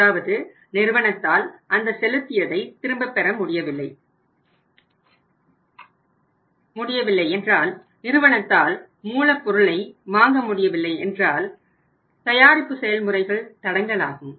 அதாவது நிறுவனத்தால் அந்த செலுத்தியதை திரும்ப பெற முடியவில்லை என்றால் நிறுவனத்தால் மூலப் பொருளை வாங்க முடியவில்லை என்றால் தயாரிப்பு செயல்முறைகள் தடங்கலாகும்